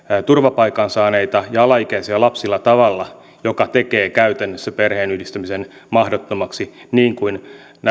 turvapaikan saaneita ja alaikäisiä lapsia tavalla joka tekee käytännössä perheenyhdistämisen mahdottomaksi niin kuin